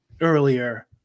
earlier